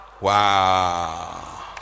Wow